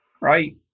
right